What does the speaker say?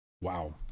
Wow